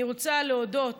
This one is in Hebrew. אני רוצה להודות